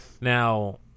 Now